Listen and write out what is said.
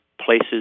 places